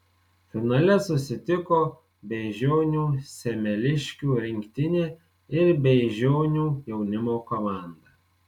finale susitiko beižionių semeliškių rinktinė ir beižionių jaunimo komanda